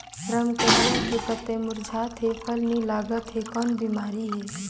रमकलिया के पतई मुरझात हे फल नी लागत हे कौन बिमारी हे?